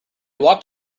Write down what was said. walked